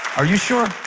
are you sure